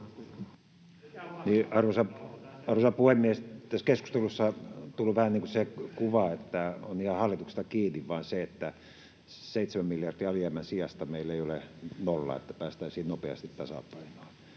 Arvoisa puhemies! Tässä keskustelussa on tullut vähän se kuva, että on ihan vain hallituksesta kiinni, että 7 miljardin alijäämän sijasta meillä ei ole nolla, että päästäisiin nopeasti tasapainoon.